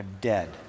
dead